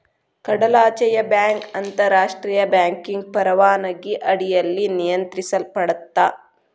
ಕಡಲಾಚೆಯ ಬ್ಯಾಂಕ್ ಅಂತಾರಾಷ್ಟ್ರಿಯ ಬ್ಯಾಂಕಿಂಗ್ ಪರವಾನಗಿ ಅಡಿಯಲ್ಲಿ ನಿಯಂತ್ರಿಸಲ್ಪಡತ್ತಾ